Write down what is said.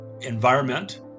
environment